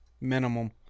minimum